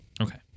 Okay